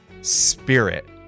spirit